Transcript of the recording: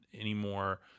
anymore